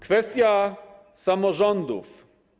Kwestia samorządów.